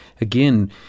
again